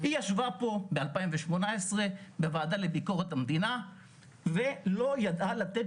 היא ישבה פה ב-2018 בוועדה לביקורת המדינה ולא ידעה לתת